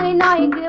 nine